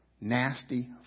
Nasty